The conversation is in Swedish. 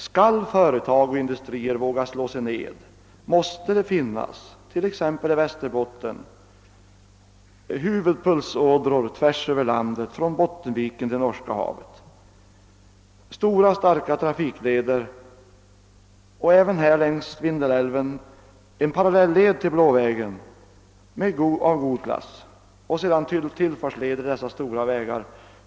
Skall företag och industrier våga slå sig ned här måste det i t.ex. Västerbotten finnas huvudpulsådror, stora och starka trafikleder, tvärs över landet, från Bottenviken till Norska havet. Längs Vindelälven behövs en parallellled till Blå vägen av god klass. Till dessa vägar måste det finnas tillfartsvägar.